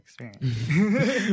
experience